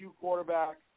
quarterback